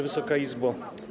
Wysoka Izbo!